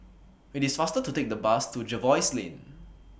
IT IS faster to Take The Bus to Jervois Lane